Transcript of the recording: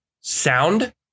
sound